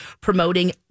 promoting